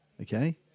Okay